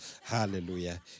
Hallelujah